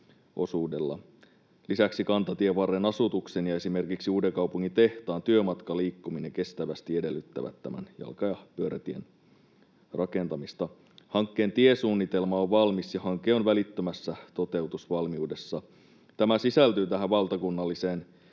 Lisäksi kantatien varren asutuksen ja esimerkiksi Uudenkaupungin tehtaan työmatkaliikkuminen kestävästi edellyttävät tämän jalka‑ ja pyörätien rakentamista. Hankkeen tiesuunnitelma on valmis, ja hanke on välittömässä toteutusvalmiudessa. Tämä sisältyy valtakunnallisen